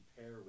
pair